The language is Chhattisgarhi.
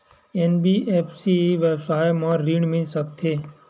एन.बी.एफ.सी व्यवसाय मा ऋण मिल सकत हे